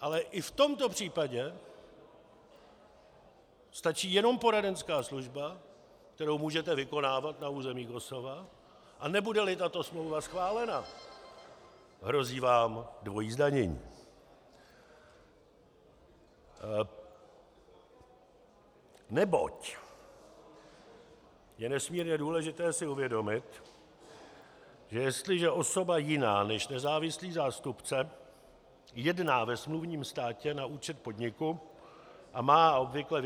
Ale i v tomto případě stačí jenom poradenská služba, kterou můžete vykonávat na území Kosova, a nebudeli tato smlouva schválena, hrozí vám dvojí zdanění, neboť je nesmírně důležité si uvědomit, že jestliže osoba jiná než nezávislý zástupce jedná ve smluvním státě na účet podniku a má obvykle